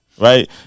right